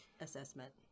assessment